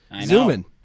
zooming